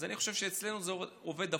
אז אני חושב שאצלנו זה עובד הפוך,